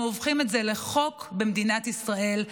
אנחנו הופכים את זה לחוק במדינת ישראל.